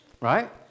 right